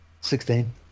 Sixteen